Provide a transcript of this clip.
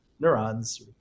neurons